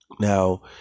Now